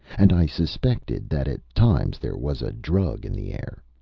and i suspected that at times there was a drug in the air.